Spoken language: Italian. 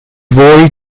voi